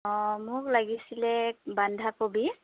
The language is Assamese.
অঁ মোক লাগিছিলে বন্ধাকবি